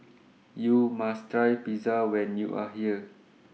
YOU must Try Pizza when YOU Are here